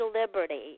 Liberty